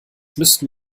müssten